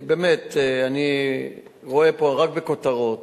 באמת, אני רואה פה רק בכותרות: